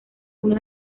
uno